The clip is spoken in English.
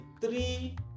three